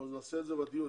נעשה את זה בדיון,